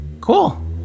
Cool